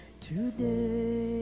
today